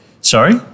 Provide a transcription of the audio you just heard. Sorry